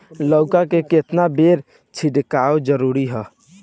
लउका में केतना बेर छिड़काव जरूरी ह?